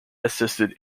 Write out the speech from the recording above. assisted